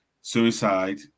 suicide